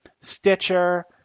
Stitcher